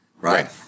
right